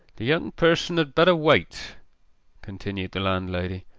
the young person had better wait continued the landlady.